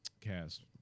cast